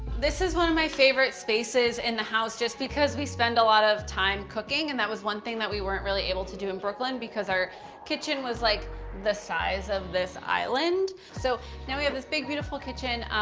this is one of my favorite spaces in the house just because we spend a lot of time cooking, and that was one thing we weren't really able to do in brooklyn, because our kitchen was like the size of this island. so now we have this big, beautiful kitchen.